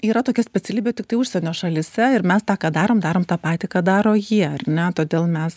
yra tokia specialybė tiktai užsienio šalyse ir mes tą ką darom darom tą patį ką daro jie ar ne todėl mes